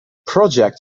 project